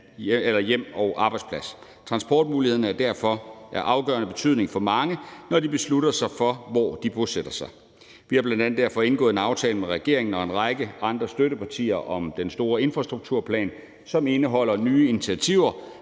f.eks. hjem og arbejdsplads. Transportmulighederne er derfor af afgørende betydning for mange, når de beslutter sig for, hvor de bosætter sig. Vi har bl.a. derfor indgået en aftale med regeringen og en række andre støttepartier om den store infrastrukturplan, som indeholder nye initiativer